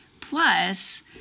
Plus